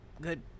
good